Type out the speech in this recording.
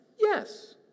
yes